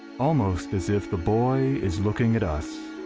almost as if the boy is looking at us,